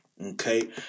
okay